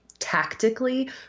tactically